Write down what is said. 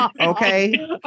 Okay